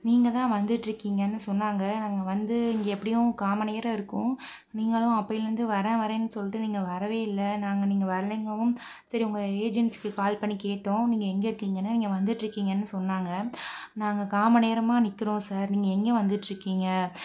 நீங்கதான் வந்துட்டு இருக்கீங்கன்னு சொன்னாங்க நாங்கள் வந்து இங்கே எப்படியும் கால் மணி நேரம் இருக்கும் நீங்களும் அப்பயிலேந்து வரேன் வரேன்னு சொல்லிட்டு நீங்கள் வரவே இல்லை நாங்க நீங்கள் வரலைங்கவும் சரி உங்கள் ஏஜென்சிக்கு கால் பண்ணி கேட்டோம் நீங்கள் எங்கே இருக்கீங்கன்னு நீங்கள் வந்துட்டு இருக்கீங்கன்னு சொன்னாங்க நாங்கள் கால் மணி நேரமா நிற்கிறோம் சார் நீங்கள் எங்கே வந்துட்டு இருக்கீங்க